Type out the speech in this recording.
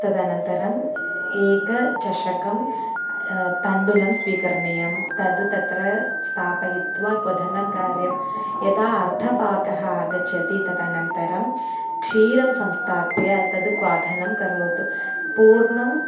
तदनन्तरम् एकं चषके तण्डुलं स्वीकरणीयं तद् तत्र स्थापयित्वा क्वथनं कार्यं यदा अर्धपाकः आगच्छति तदनन्तरं क्षीरं संस्थाप्य तद् क्वथनं करोतु पूर्णम्